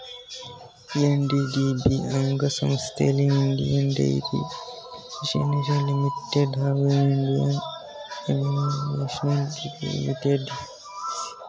NDDB ಅಂಗಸಂಸ್ಥೆಲಿ Indian dairy machinery limited ಹಾಗೂ Indian immunologicals limited ಸೇರಯ್ತೆ